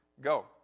Go